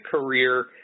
career